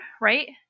right